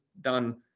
done